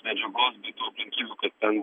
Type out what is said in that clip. medžiagos tai tų aplinkybių kaip ten